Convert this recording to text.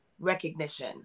recognition